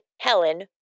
Helen